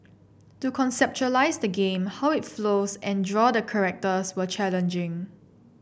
to conceptualise the game how it flows and draw the characters were challenging